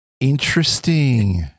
Interesting